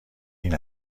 این